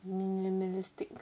minimalistic